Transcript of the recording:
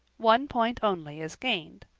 one point only is gained.